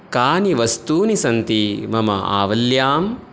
कानि वस्तूनि सन्ति मम आवल्याम्